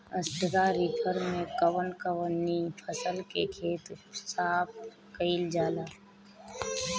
Straw reaper से कवन कवनी फसल के खेत साफ कयील जाला?